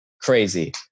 crazy